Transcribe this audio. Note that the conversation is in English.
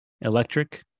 electric